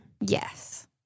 Yes